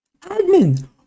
Admin